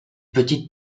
petite